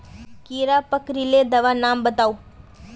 कीड़ा पकरिले दाबा नाम बाताउ?